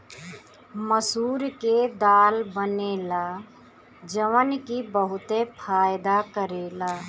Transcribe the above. मसूर के दाल बनेला जवन की बहुते फायदा करेला